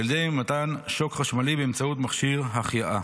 על ידי מתן שוק חשמלי באמצעות מכשיר החייאה.